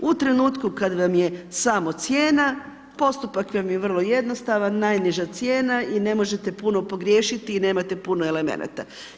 U trenutku kad vam je samo cijena, postupak vam je vrlo jednostavna, najniža cijena i ne možete puno pogriješiti i nemate puno elemenata.